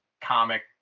comic